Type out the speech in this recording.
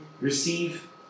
receive